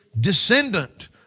descendant